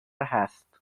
هست